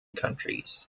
countries